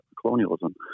colonialism